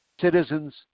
citizens